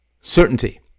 certainty